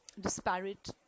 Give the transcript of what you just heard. disparate